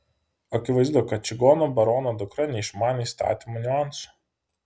akivaizdu kad čigonų barono dukra neišmanė įstatymų niuansų